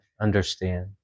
understand